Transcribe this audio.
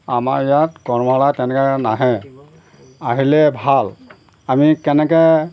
আমাৰ ইয়াত কৰ্মশালা তেনেকৈ নাহে আহিলে ভাল আমি কেনেকৈ